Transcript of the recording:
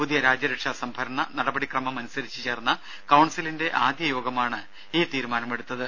പുതിയ രാജ്യരക്ഷ സംഭരണ നടപടി ക്രമം അനുസരിച്ച് ചേർന്ന കൌൺസിലിന്റെ ആദ്യ യോഗമാണ് ഈ തീരുമാനമെടുത്തത്